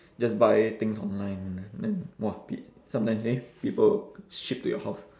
just buy things online then !wah! peo~ sometimes eh people will ship to your house